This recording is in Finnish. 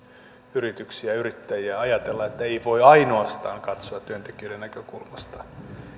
yrityksiä ja yrittäjiä ajatella että ei voi katsoa ainoastaan työntekijöiden näkökulmasta